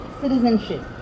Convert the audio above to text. citizenship